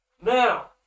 Now